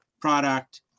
product